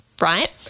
right